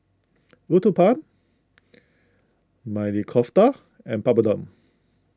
Uthapam Maili Kofta and Papadum